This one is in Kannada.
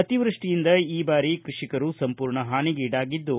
ಅತಿವೃಷ್ಟಿಯಿಂದ ಈ ಬಾರಿ ಕೃಷಿಕರು ಸಂಪೂರ್ಣ ಹಾನಿಗೀಡಾಗಿದ್ದು